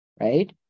right